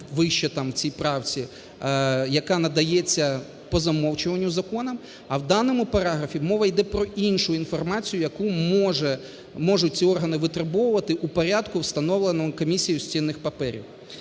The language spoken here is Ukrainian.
вище там в цій правці, яка надається по замовчуванню законом, а в даному параграфі мова йде про іншу інформацію, яку можуть ці органи витребувати в порядку, встановленому Комісією з цінних паперів.